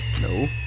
no